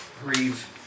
grieve